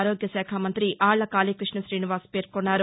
ఆరోగ్య శాఖ మంతి ఆళ్ళ కాళీకృష్ణ శీనివాస్ పేర్కొన్నారు